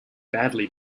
badly